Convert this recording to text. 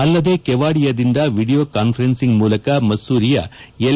ಅಲ್ಲದೆ ಕೆವಾಡಿಯಾದಿಂದ video conferencing ಮೂಲಕ ಮಸ್ಲೂರಿಯ ಎಲ್